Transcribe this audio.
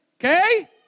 okay